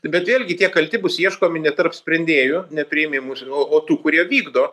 bet vėlgi tie kalti bus ieškomi ne tarp sprendėjų ne priėmimų o o tų kurie vykdo